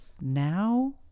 now